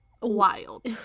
wild